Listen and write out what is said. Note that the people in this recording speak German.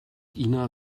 ina